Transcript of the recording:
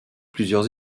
plusieurs